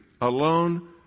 alone